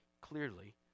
clearly